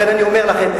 לכן אני אומר לכם,